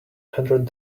hundred